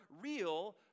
real